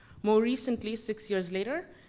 more recently, six years later,